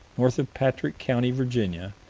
north of patrick county, virginia,